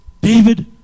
David